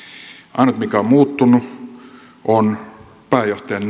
ainut mikä on muuttunut on pääjohtajan